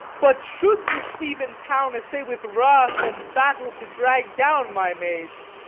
but should this theban town essay with wrath and battle to drag down my maids,